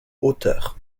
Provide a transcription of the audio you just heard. hauteur